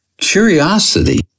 Curiosity